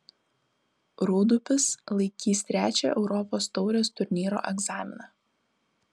rūdupis laikys trečią europos taurės turnyro egzaminą